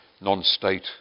non-state